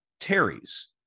Terry's